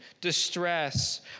distress